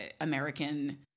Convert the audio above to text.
American